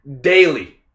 daily